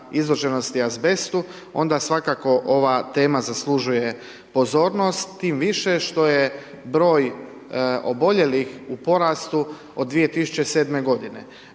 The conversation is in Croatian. izloženosti azbestu onda svakako ova tema zaslužuje pozornost tim više što je broj oboljelih u porastu od 2007. godine